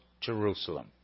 Jerusalem